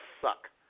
suck